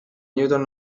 newton